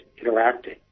interacting